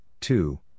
two